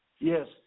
Yes